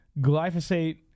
glyphosate